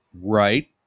Right